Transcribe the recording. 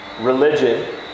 religion